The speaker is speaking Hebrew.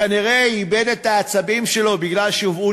כנראה איבד את העצבים שלו בגלל שהובאו